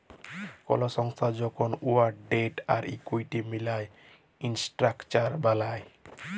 call সংস্থা যখল উয়ার ডেট আর ইকুইটি মিলায় ইসট্রাকচার বেলায়